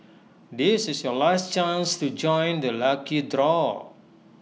this is your last chance to join the lucky draw